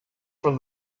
from